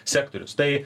sektorius tai